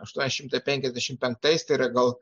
aštuoni šimtai penkiasdešimt tai yra gal